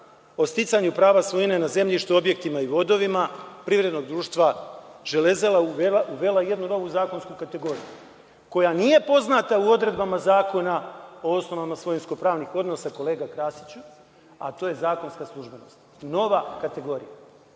o sticanju prava svojine nad zemljištem, objektima i vodovima privrednog društva „Železara“ uvela jednu novu zakonsku kategoriju koja nije poznata u odredbama Zakona o osnovama svojinsko pravnih odnosa, kolega Krasiću, a to je zakonska službenosti. Nova kategorija.Zašto